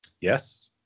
Yes